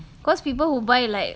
cause people who buy like